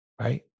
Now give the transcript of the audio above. right